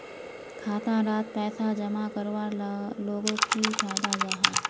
खाता डात पैसा जमा करवार लोगोक की फायदा जाहा?